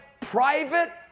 private